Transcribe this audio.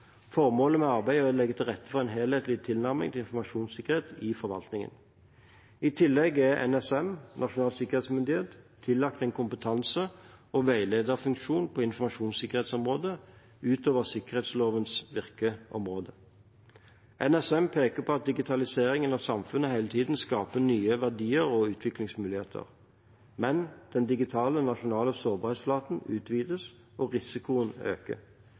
Formålet med arbeidet er å legge til rette for en helhetlig tilnærming til informasjonssikkerhet i forvaltningen. I tillegg er NSM tillagt en kompetanse og veiledningsfunksjon på informasjonssikkerhetsområdet utover sikkerhetslovens virkeområde. NSM peker på at digitaliseringen av samfunnet hele tiden skaper nye verdier og utviklingsmuligheter. Men den digitale, nasjonale sårbarhetsflaten utvides, og risikoen øker.